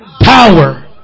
power